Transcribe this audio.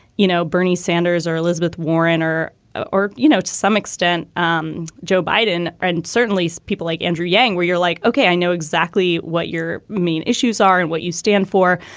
you know, bernie sanders or elizabeth warren or ah or, you know, to some extent, um joe biden. and certainly people like andrew yang where you're like, ok, i know exactly what your main issues are and what you stand for.